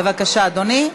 בבקשה, אדוני,